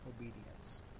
obedience